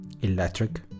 electric